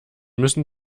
müssen